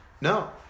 No